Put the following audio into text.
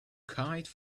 kite